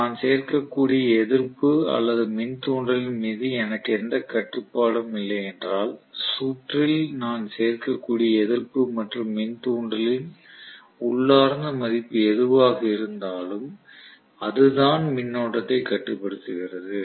நான் சேர்க்கக்கூடிய எதிர்ப்பு அல்லது மின்தூண்டலின் மீது எனக்கு எந்தக் கட்டுப்பாடும் இல்லையென்றால் சுற்றில் நான் சேர்க்கக்கூடிய எதிர்ப்பு மற்றும் மின்தூண்டலின் உள்ளார்ந்த மதிப்பு எதுவாக இருந்தாலும் அதுதான் மின்னோட்டத்தைக் கட்டுப்படுத்துகிறது